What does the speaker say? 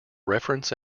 reference